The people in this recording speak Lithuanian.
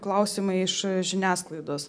klausimai iš žiniasklaidos